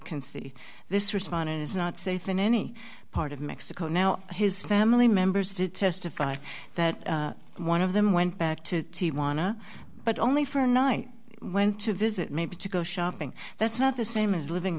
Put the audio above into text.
can see this respondent is not safe in any part of mexico now his family members did testify that one of them went back to the wanna but only for a night went to visit maybe to go shopping that's not the same as living